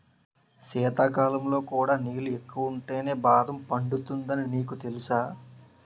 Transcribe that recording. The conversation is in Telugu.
శీతాకాలంలో కూడా నీళ్ళు ఎక్కువుంటేనే బాదం పండుతుందని నీకు తెలుసా?